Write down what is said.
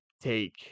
take